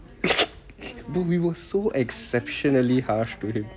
but we were so exceptionally harsh to him